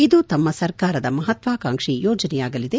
ಇದು ತಮ್ನ ಸರ್ಕಾರದ ಮಹತ್ನಾಕಾಂಕ್ಸಿ ಯೋಜನೆಯಾಗಲಿದೆ